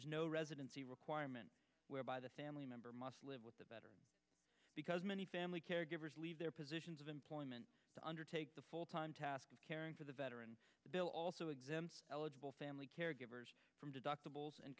is no residency requirement whereby the family member must live with the better because many family caregivers leave their positions of employment to undertake the full time task of caring for the veteran bill also exempt eligible family caregivers from deductibles and